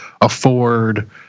afford